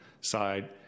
side